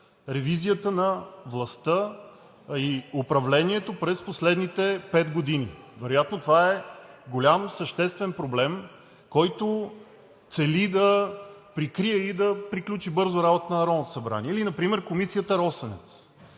ревизията на властта и управлението през последните пет години. Вероятно това е голям съществен проблем, който цели да прикрие и да приключи бързо работата на Народното събрание. Или например комисията „Росенец“,